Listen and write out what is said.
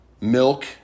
milk